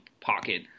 pocket